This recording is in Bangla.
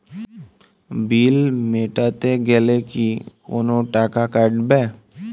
বিল মেটাতে গেলে কি কোনো টাকা কাটাবে?